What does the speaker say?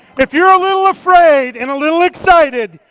if you're a little afraid and a little excited,